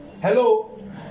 Hello